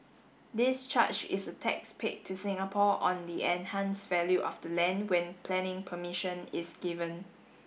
this charge is a tax paid to Singapore on the enhanced value of the land when planning permission is given